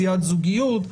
מציאת זוגיות,